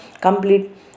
complete